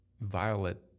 violet